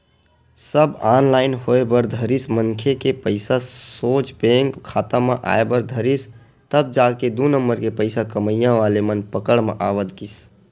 सब online होय बर धरिस मनखे के पइसा सोझ बेंक खाता म आय बर धरिस तब जाके दू नंबर के पइसा कमइया वाले मन पकड़ म आवत गिस